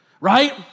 Right